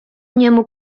niemu